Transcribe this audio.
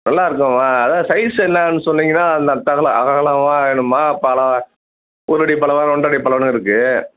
நல்லாயிருக்கும்மா அதுதான் சைஸ்சு என்னென்னு சொன்னீங்கனால் அகல அகலமாக வேணுமா பலகை ஒரு அடி பலகை ரெண்டடி பலகைன்னு இருக்குது